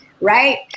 Right